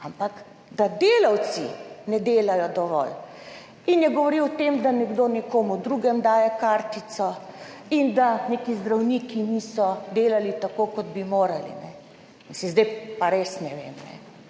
ampak da delavci ne delajo dovolj. In je govoril o tem, da nekdo nekomu drugemu daje kartico in da neki zdravniki niso delali tako, kot bi morali. Saj zdaj pa res ne vem,